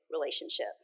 relationship